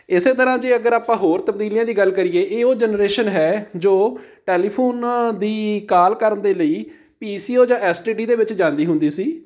ਇਸੇ ਤਰ੍ਹਾਂ ਜੇ ਅਗਰ ਆਪਾਂ ਹੋਰ ਤਬਦੀਲੀਆਂ ਦੀ ਗੱਲ ਕਰੀਏ ਇਹ ਉਹ ਜਨਰੇਸ਼ਨ ਹੈ ਜੋ ਟੈਲੀਫੋਨ ਦੀ ਕਾਲ ਕਰਨ ਦੇ ਲਈ ਪੀ ਸੀ ਓ ਜਾਂ ਐੱਸ ਟੀ ਡੀ ਦੇ ਵਿੱਚ ਜਾਂਦੀ ਹੁੰਦੀ ਸੀ